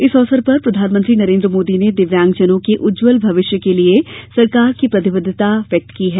इस अवसर पर प्रधानमंत्री नरेन्द्र मोदी ने दिव्यांगजनों के उज्जवल भविष्य के लिए सरकार की प्रतिबद्धता व्यक्त की है